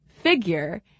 figure